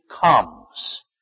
comes